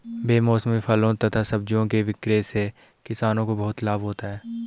बेमौसमी फलों तथा सब्जियों के विक्रय से किसानों को बहुत लाभ होता है